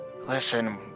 Listen